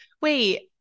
Wait